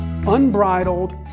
unbridled